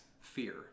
fear